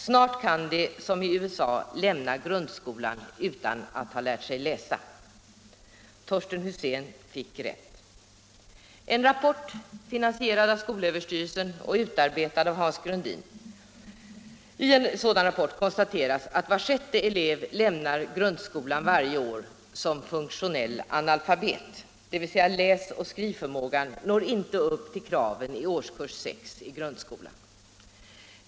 Snart kan de som i USA lämna grundskolan utan att ha lärt sig läsa.” Torsten Husén fick rätt. I en rapport finansierad av skolöverstyrelsen och utarbetad av Hans Grundin konstateras att var sjätte elev lämnar grundskolan varje år som funktionell analfabet, dvs. läsoch skrivförmågan når inte upp till kraven i årskurs 6 i grundskolan.